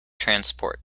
transport